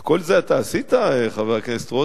את כל זה אתה עשית, חבר הכנסת רותם?